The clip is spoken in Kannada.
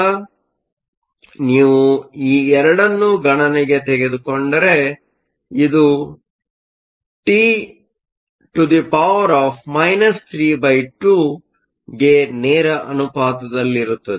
ಆದ್ದರಿಂದ ನೀವು ಈ 2 ನ್ನು ಗಣನೆಗೆ ತೆಗೆದುಕೊಂಡರೆಇದು T 32 ಗೆ ನೇರ ಅನುಪಾತದಲ್ಲಿರುತ್ತದೆ